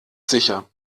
sicher